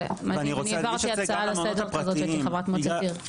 מדהים אני העברתי הצעה לסדר כזאת כשהייתי חברת מועצת עיר.